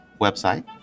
website